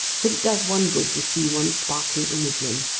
that it does one good to see one's sparkling image in.